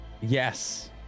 Yes